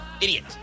idiot